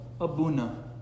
Abuna